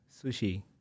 sushi